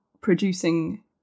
producing